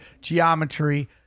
geometry